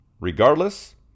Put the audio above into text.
Regardless